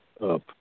up